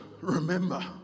Remember